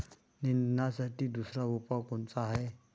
निंदनासाठी दुसरा उपाव कोनचा हाये?